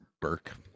Burke